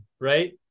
right